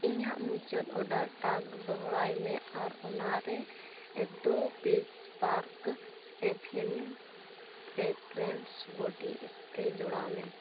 ᱤᱧᱟᱹᱜ ᱢᱩᱪᱟᱹᱫ ᱚᱰᱟᱨ ᱴᱟᱜᱽ ᱫᱚᱦᱲᱟᱭ ᱢᱮ ᱟᱨ ᱚᱱᱟᱨᱮ ᱫᱩ ᱯᱤᱥ ᱯᱟᱨᱠ ᱮᱯᱷᱤᱱᱤᱭᱩ ᱯᱷᱨᱤᱜᱨᱤᱱᱥ ᱵᱚᱰᱤ ᱥᱯᱨᱮ ᱡᱚᱲᱟᱣ ᱢᱮ